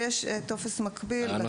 ויש טופס מקביל לתיווך.